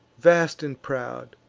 vast and proud,